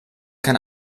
kann